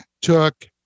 took